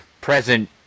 present